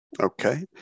Okay